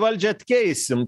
valdžią atkeisim